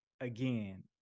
Again